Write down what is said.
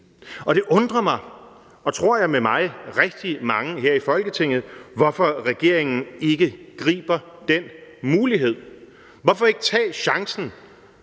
Det undrer mig og rigtig mange, tror jeg, her i Folketinget, hvorfor regeringen ikke griber den mulighed. Hvorfor ikke tage chancen